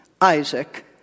Isaac